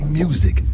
music